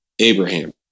Abraham